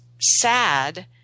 sad